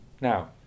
Now